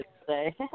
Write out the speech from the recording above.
today